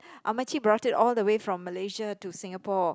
Ammachi brought it all the way from Malaysia to Singapore